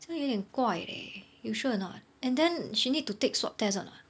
这个有一点怪 leh you sure or not and then she need to take swab test or not